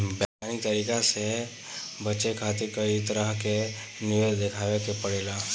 वैज्ञानिक तरीका से बचे खातिर कई तरह के निवेश देखावे के पड़ेला